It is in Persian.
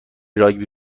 راگبی